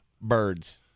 birds